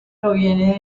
proviene